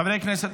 חברי הכנסת,